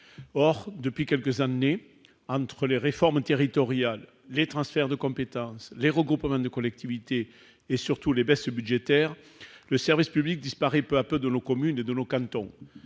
Or, depuis quelques années, entre les réformes territoriales, les transferts de compétences, les regroupements de collectivités territoriales et, surtout, les baisses budgétaires, le service public disparaît peu à peu de nos communes et de nos cantons